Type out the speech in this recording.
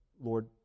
Lord